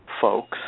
folks